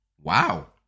Wow